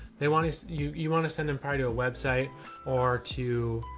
they want us, you you want to send them prior to a website or to,